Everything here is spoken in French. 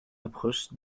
approche